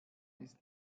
ist